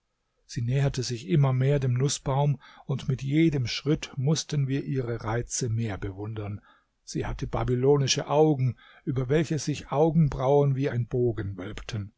sie näherte sich immer mehr dem nußbaum und mit jedem schritt mußten wir ihre reize mehr bewundern sie hatte babylonische augen über welche sich augenbrauen wie ein bogen